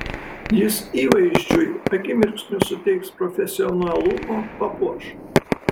jis įvaizdžiui akimirksniu suteiks profesionalumo papuoš